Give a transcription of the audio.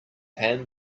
ham